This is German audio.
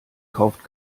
kauft